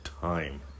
time